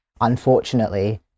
unfortunately